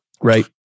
Right